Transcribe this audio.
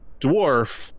dwarf